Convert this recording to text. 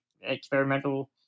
experimental